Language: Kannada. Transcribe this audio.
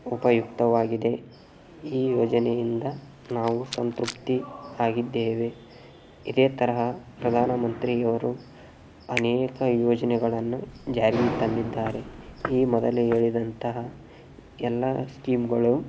ಉಪಯುಕ್ತವಾಗಿದೆ ಈ ಯೋಜನೆಯಿಂದ ನಾವು ಸಂತೃಪ್ತಿ ಆಗಿದ್ದೇವೆ ಇದೇ ತರಹ ಪ್ರಧಾನಮಂತ್ರಿಯವರು ಅನೇಕ ಯೋಜನೆಗಳನ್ನು ಜಾರಿಗೆ ತಂದಿದ್ದಾರೆ ಈ ಮೊದಲೇ ಹೇಳಿದಂತಹ ಎಲ್ಲ ಸ್ಕೀಮ್ಗಳು